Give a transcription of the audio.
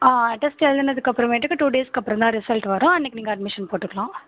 ஆ test எழுதினதுக்கப்பறமேட்டுக்கு two டேஸ்க்கு அப்புறந்தான் ரிசல்ட் வரும் அன்னைக்கி நீங்கள் அட்மிஷன் போட்டுக்கலாம்